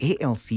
ALC